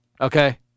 Okay